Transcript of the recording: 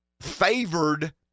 favored